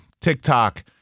TikTok